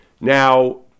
Now